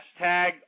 hashtag